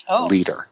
leader